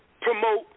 promote